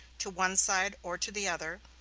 to one side or to the other,